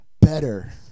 better